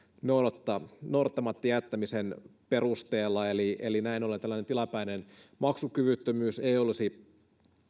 noudattamatta noudattamatta jättämisen perusteella eli eli näin ollen tällainen tilapäinen maksukyvyttömyys ei olisi